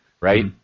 right